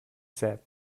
said